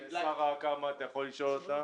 הנה שרה, אתה יכול לשאול אותה.